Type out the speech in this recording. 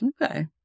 Okay